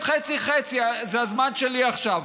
זה הזמן שלי עכשיו.